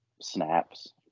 snaps